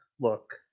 look